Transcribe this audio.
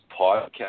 podcast